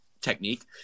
technique